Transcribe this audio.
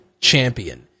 champion